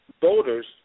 voters